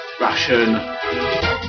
Russian